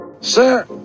Sir